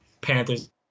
panthers